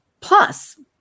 plus